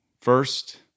First